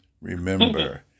remember